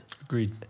Agreed